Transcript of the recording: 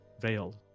Veiled